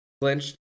clinched